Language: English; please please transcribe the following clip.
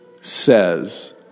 says